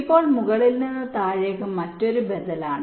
ഇപ്പോൾ മുകളിൽ നിന്ന് താഴേക്ക് മറ്റൊരു ബദലാണ്